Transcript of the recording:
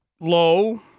low